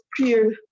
pure